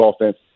offense